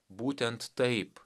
būtent taip